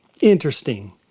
Interesting